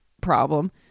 problem